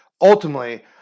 ultimately